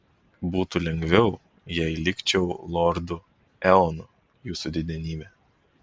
būtų lengviau jei likčiau lordu eonu jūsų didenybe